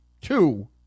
Two